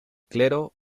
clero